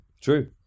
true